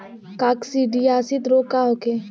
काकसिडियासित रोग का होखे?